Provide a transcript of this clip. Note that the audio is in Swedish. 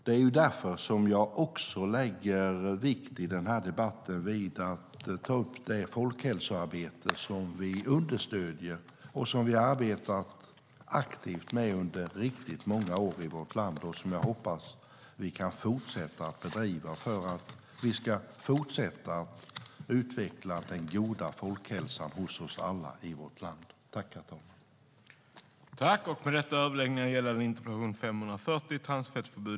Det är därför jag i den här debatten också lägger vikt vid det folkhälsoarbete som vi understöder och har arbetat aktivt med under många år i vårt land och som jag hoppas att vi kan fortsätta bedriva för att fortsätta utveckla den goda folkhälsan hos oss alla i vårt land.